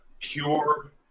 pure